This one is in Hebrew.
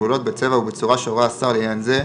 הגבולות בצבע ובצורה שהורה השר לעניין זה,